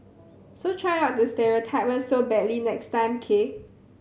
so try not to stereotype us so badly next time k